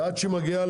ועד שהיא מגיעה,